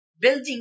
building